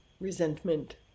resentment